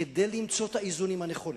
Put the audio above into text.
למצוא את האיזונים הנכונים